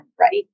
Right